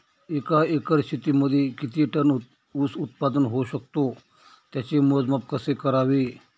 एका एकर शेतीमध्ये किती टन ऊस उत्पादन होऊ शकतो? त्याचे मोजमाप कसे करावे?